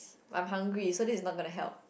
I'm hungry so this is not gonna help